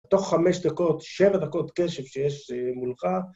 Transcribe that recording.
תוך חמש דקות, שבע דקות קשב שיש מולך.